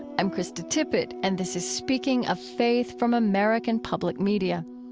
i'm krista tippett, and this is speaking of faith from american public media.